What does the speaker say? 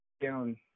down